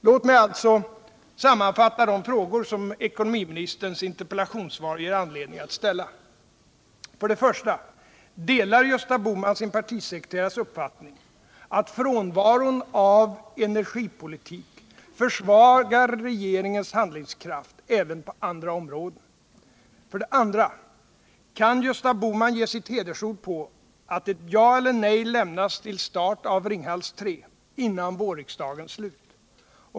Låt mig alltså sammanfatta de frågor som ekonomiministerns interpellationssvar ger anledning att ställa: 1. Delar Gösta Bohman sin partisekreterares uppfattning att frånvaron av en energipolitik försvagar regeringens handlingskraft även på andra områden? 2. Kan Gösta Bohman ge sitt hedersord på att ett ja eller nej lämnas till start av Ringhals 3 innan vårriksdagens slut?